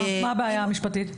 מה הבעיה המשפטית?